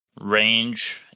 range